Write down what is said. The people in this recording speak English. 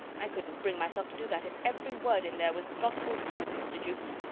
i couldnt bring myself to do that if every word in there was gospel truth, mr. jukes.